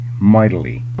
mightily